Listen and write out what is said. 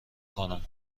کنم